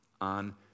on